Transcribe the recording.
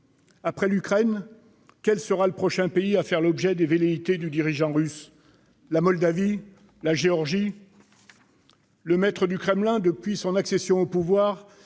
Après l'Ukraine, quel sera le prochain pays à faire l'objet des velléités du dirigeant russe ? La Moldavie ? La Géorgie ? Le maître du Kremlin, depuis son accession au pouvoir,